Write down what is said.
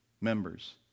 Members